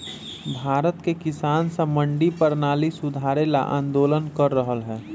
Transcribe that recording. भारत के किसान स मंडी परणाली सुधारे ल आंदोलन कर रहल हए